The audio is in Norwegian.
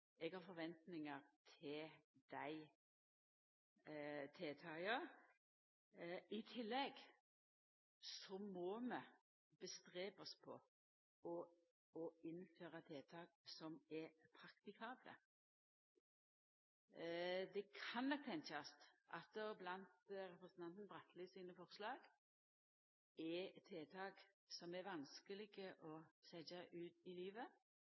Eg har forventingar til dei tiltaka. I tillegg må vi leggja vinn på å innføra tiltak som er praktikable. Det kan nok tenkjast at blant representanten Bratlis forslag er det tiltak som er vanskelege å setja ut i livet: